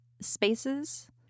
spaces